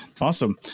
Awesome